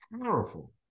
Powerful